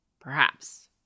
perhaps